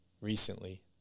recently